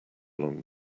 along